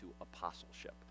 apostleship